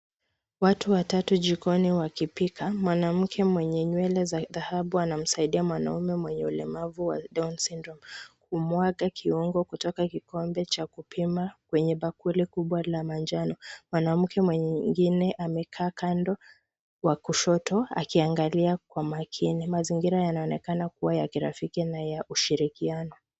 Watu watatu jikoni wakipika. Mwanamke mwenye nywele za dhahabu anamsaidia mwanaume mwenye ulemavu wa Down's Syndrome kumwaga kuongo kutoka kikombe cha kupima kwenye bakuli kubwa la manjano. Mwanamke mwingine amekaa kando wa kushoto akiangalia kwa makini. Mazingiria yanaonekana kuwa ya kirafiki na ya ushirikiano.